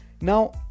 Now